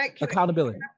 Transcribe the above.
Accountability